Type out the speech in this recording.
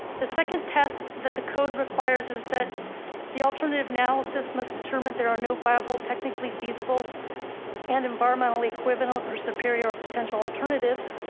the second test that the code requires is that the alternative now so must determined. there are no viable, technically feasible and environmentally equivalent or superior potential alternatives.